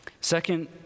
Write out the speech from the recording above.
Second